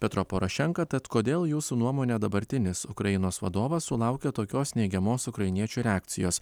petro porošenka tad kodėl jūsų nuomone dabartinis ukrainos vadovas sulaukia tokios neigiamos ukrainiečių reakcijos